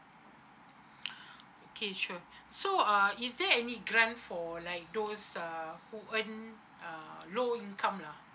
okay sure so uh is there any grant for like those uh who earn uh low income lah